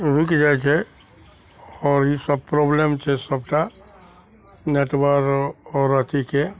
रुकि जाइ छै आओर ईसब प्रॉब्लम छै सबटा नेटवर्क आओर अथीके